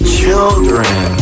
children